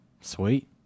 Sweet